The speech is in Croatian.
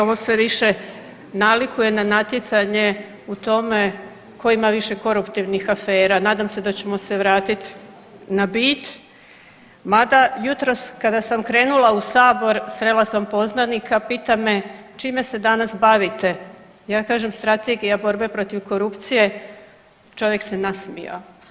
Ovo sve više nalikuje na natjecanje u tome tko ima više koruptivnih afera, nadam se da ćemo se vratiti na bit mada jutros kada sam krenula u Sabor, srela sam poznanika, pita me čime se danas bavite, ja kažem Strategija borbe protiv korupcije, čovjek se nasmijao.